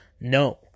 No